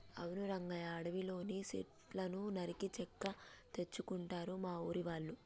అవును రంగయ్య అడవిలోని సెట్లను నరికి చెక్క తెచ్చుకుంటారు మా ఊరి వాళ్ళు